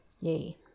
Yay